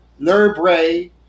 Lerbre